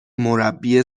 مربی